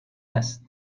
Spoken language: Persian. است